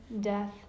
death